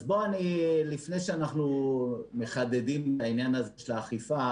לפני שאנחנו מחדדים את העניין הזה של האכיפה,